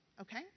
okay